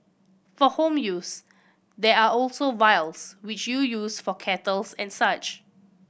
for home use there are also vials which you use for kettles and such